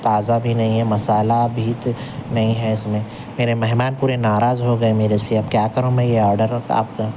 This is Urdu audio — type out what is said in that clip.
تازہ بھی نہیں ہے مصالحہ بھی تو نہیں ہے اس میں میرے مہمان پورے ناراض ہو گئے میرے سے اب کیا کروں میں یہ آرڈر آپ کا